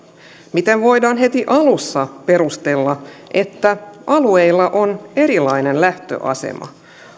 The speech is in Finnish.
miten voidaan heti alussa perustella että alueilla on erilainen lähtöasema